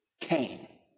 Cain